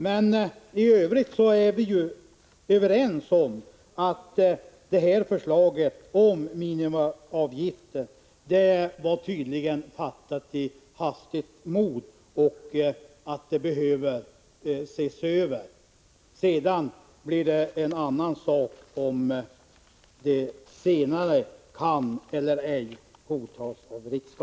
Men i övrigt är vi överens om att förslaget om minimiavgifter tydligen var tillkommet i hastigt mod och behöver ses över. Sedan är det en annan sak om det senare kan godtas av riksdagen eller ej.